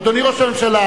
אדוני ראש הממשלה,